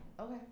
Okay